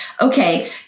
Okay